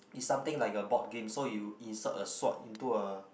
it's something like a board game so you insert a sword into a